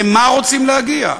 למה רוצים להגיע?